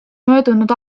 möödunud